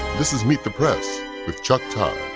this is meet the press with chuck todd.